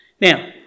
Now